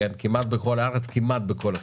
כמעט בכל הארץ וכמעט בכל תחום.